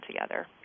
together